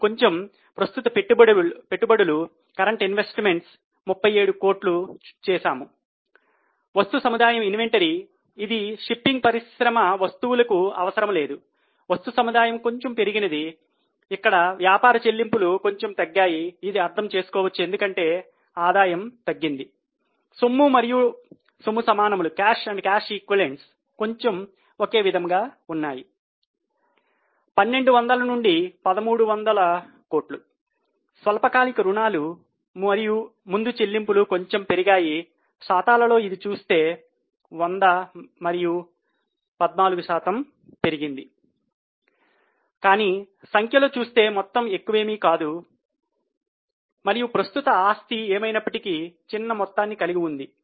మనకు కొంచెం ప్రస్తుత పెట్టుబడులు ఏమైనప్పటికీ చిన్న మొత్తాన్ని కలిగి ఉంది